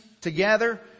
Together